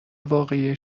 واقعی